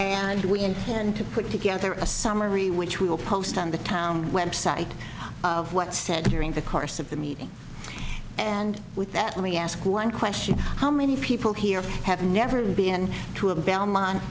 and we intend to put together a summary which we will post on the town website of what's said during the course of the meeting and with that we ask one question how many people here have never been to a belmont